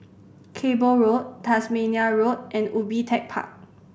Cable Road Tasmania Road and Ubi Tech Park